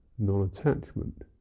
non-attachment